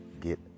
get